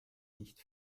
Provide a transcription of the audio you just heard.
nicht